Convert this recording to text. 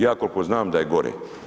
Ja koliko znam da je gore.